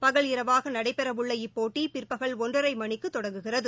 பகல் இரவாகநடைபெறவுள்ள இப்போட்டிபிற்பகல் ஒன்றரைமணிக்குதொடங்குகிறது